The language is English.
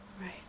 Right